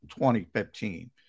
2015